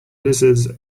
lizards